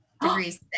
degrees